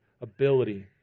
ability